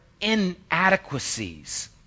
inadequacies